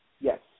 Yes